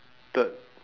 ~ed